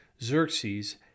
Xerxes